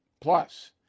Plus